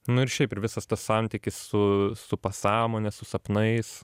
nu ir šiaip ir visas tas santykis su su pasąmone su sapnais